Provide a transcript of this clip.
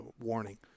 warning